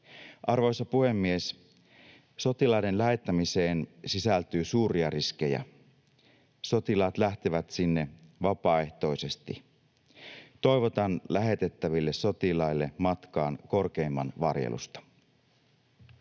Arvoisa puhemies! Sotilaiden lähettämiseen sisältyy suuria riskejä. Sotilaat lähtevät sinne vapaaehtoisesti. Toivotan lähetettäville sotilaille matkaan korkeimman varjelusta.